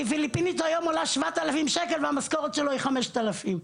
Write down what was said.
כי פיליפינית היום עולה 7,000 ₪ והמשכורת שלו היום היא 5,000 ₪.